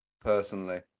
personally